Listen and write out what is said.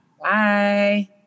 bye